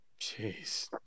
Jeez